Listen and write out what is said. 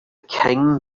king